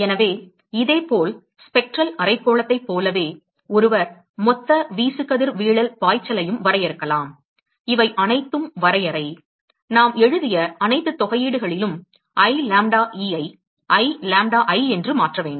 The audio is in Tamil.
எனவே இதேபோல் ஸ்பெக்ட்ரல் அரைக்கோளத்தைப் போலவே ஒருவர் மொத்த வீசுகதிர்வீழல் பாய்ச்சலையும் வரையறுக்கலாம் இவை அனைத்தும் வரையறை நாம் எழுதிய அனைத்து தொகையீடுகளிலும் i lambda e ஐ i lambda i என்று மாற்ற வேண்டும்